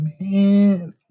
man